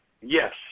yes